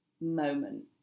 moment